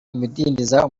bidindiza